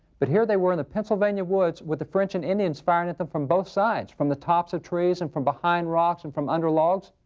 but here they were in a pennsylvania woods with the french and indians firing at them from both sides, from the tops of trees and from behind rocks and from under logs.